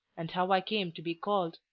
and how i came to be called.